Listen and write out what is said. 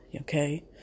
okay